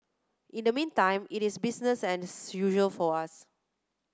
in the meantime it is business as usual for us